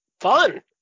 Fun